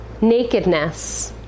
nakedness